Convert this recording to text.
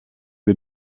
wir